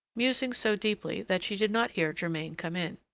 musing so deeply that she did not hear germain come in.